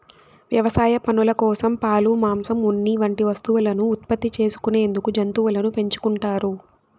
వ్యవసాయ పనుల కోసం, పాలు, మాంసం, ఉన్ని వంటి వస్తువులను ఉత్పత్తి చేసుకునేందుకు జంతువులను పెంచుకుంటారు